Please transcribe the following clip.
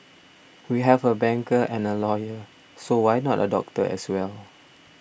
we have a banker and a lawyer so why not a doctor as well